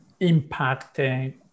impacting